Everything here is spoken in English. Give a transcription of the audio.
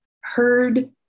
heard